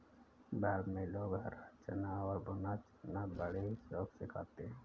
भारत में लोग हरा चना और भुना चना बड़े ही शौक से खाते हैं